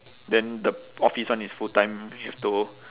then the office one is full time you have to